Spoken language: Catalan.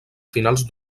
finals